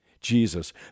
Jesus